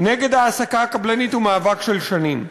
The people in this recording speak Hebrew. נגד ההעסקה הקבלנית, הוא מאבק של שנים.